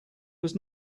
was